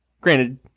Granted